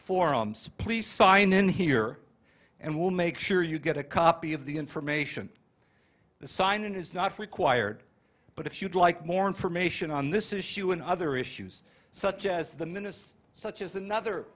forums please sign in here and we'll make sure you get a copy of the information the sign is not required but if you'd like more information on this issue and other issues such as the minutes such as another